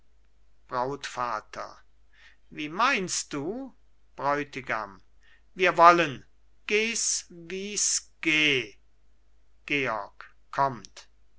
brautvater wie meinst du bräutigam wir wollen geh's wie's geh georg